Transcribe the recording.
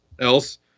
else